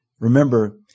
Remember